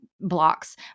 blocks